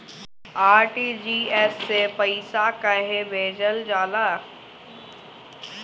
RTGS से पइसा कहे भेजल जाला?